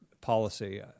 policy